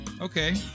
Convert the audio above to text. Okay